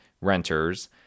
renters